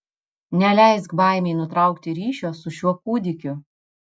neleisk baimei nutraukti ryšio su šiuo kūdikiu